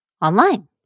online